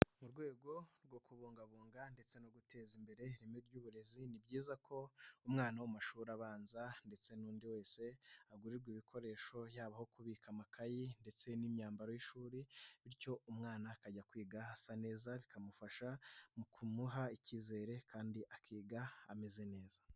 Mu rwego rwo kubungabunga ndetse no guteza imbere ireme ry'uburezi ni byiza ko umwana wo mu mashuri abanza ndetse n'undi wese agurirwa ibikoresho yaba aho kubika amakayi ndetse n'imyambaro y'ishuri bityo umwana akajya kwiga asa neza bikamufasha mu kumuha ikizere kandi akiga ameze neza.